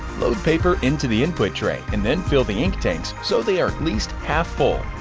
load paper into the input tray, and then fill the ink tanks so they are at least half full.